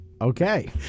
Okay